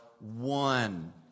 one